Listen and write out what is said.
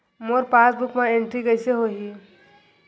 मोर passbook मा entry कइसे होही?